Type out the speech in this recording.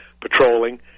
patrolling